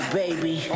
baby